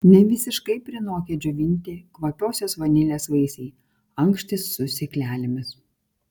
nevisiškai prinokę džiovinti kvapiosios vanilės vaisiai ankštys su sėklelėmis